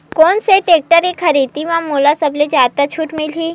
कोन से टेक्टर के खरीदी म मोला सबले जादा छुट मिलही?